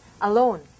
alone